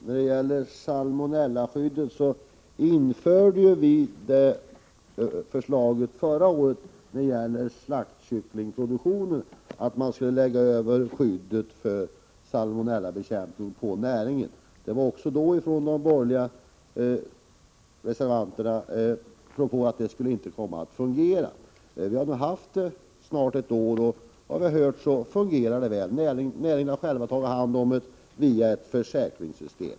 Herr talman! Förra året fördes skyddet för salmonellabekämpning över till näringen när det gällde slaktkycklingproduktionen. Också då kom det propåer från de borgerliga reservanterna om att detta inte skulle fungera. Nu har vi haft systemet snart ett år, och vi har hört att det fungerar väl. Näringen har tagit hand om detta via ett försäkringssystem.